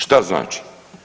Šta znači?